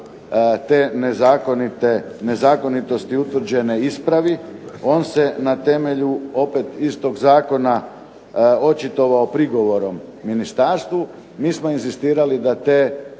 te nezakonitosti utvrđene ispravi. On se na temelju opet istog zakona očitovao prigovorom ministarstvu. Mi smo inzistirali da te